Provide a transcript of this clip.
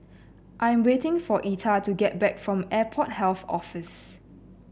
I'm waiting for Etta to get back from Airport Health Office